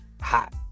hot